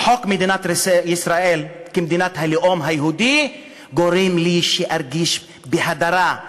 חוק מדינת ישראל כמדינת הלאום היהודי גורם לי שארגיש בהדרה,